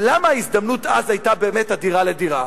ולמה ההזדמנות אז היתה באמת אדירה לדירה?